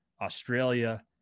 Australia